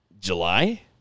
July